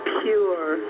pure